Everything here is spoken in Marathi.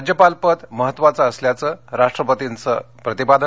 राज्यपाल पद महत्वाचा दुवा असल्याचं राष्ट्रपतींचं प्रतिपादन